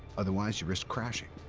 otherwise you risk crashing,